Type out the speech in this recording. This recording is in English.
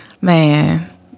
man